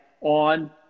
on